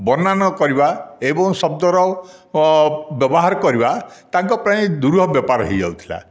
ବନାନ କରିବା ଏବଂ ଶବ୍ଦର ବ୍ୟବହାର କରିବା ତାଙ୍କ ପାଇଁ ଦୁର ବ୍ୟାପାର ହୋଇଯାଉଥିଲା